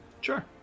Sure